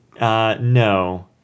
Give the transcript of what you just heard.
No